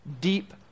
deep